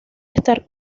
estar